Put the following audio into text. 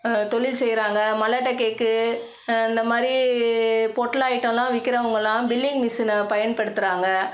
தொழில் செய்கிறாங்க மலாட்டா கேக்கு இந்தமாதிரி பொட்டலம் ஐட்டம்லாம் விக்கிறவங்கள்லாம் பில்லிங் மிஷினை பயன்படுத்துகிறாங்க